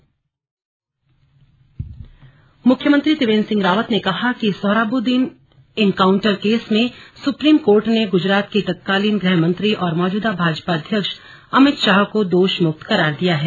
slug Sohrabuddin पर CM मुख्यमंत्री त्रिवेन्द्र सिंह रावत ने कहा कि सोहराबुद्दीन इनकाउन्टर केस में सुप्रीम कोर्ट ने गुजरात के तत्कालीन ग्रहमंत्री और मौजूदा भाजपा अध्यक्ष अमित शाह को दोष मुक्त करार दिया है